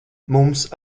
mums